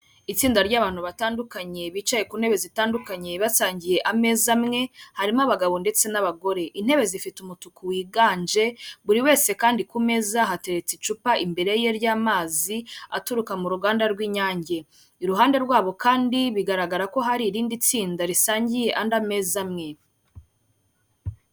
itsinda ry'abantutu batandukanye bicaye ku ntebe zitandukanye basangiye ameza amwe harimo abagabo ndetse n'abagore intebe zifite umutuku wiganje buri wese kandi ku meza hatereretse icupa imbere ye ry'amazi aturuka mu ruganda rw'Inyange iruhande rwabo kandi bigaragara ko hari irindi tsinda risangiye andi meza amwe